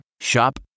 Shop